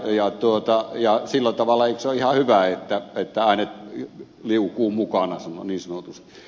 eikö se ole sillä tavalla ihan hyvä että äänet liukuvat mukana niin sanotusti